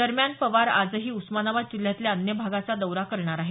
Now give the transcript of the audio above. दरम्यान आजही पवार उस्मानाबाद जिल्ह्यातल्या अन्य भागाचा दौरा करणार आहेत